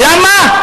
למה?